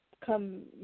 come